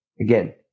again